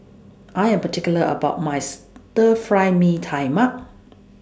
I Am particular about My Stir Fry Mee Tai Mak